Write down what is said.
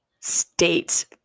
state